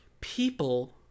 People